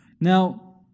Now